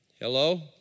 Hello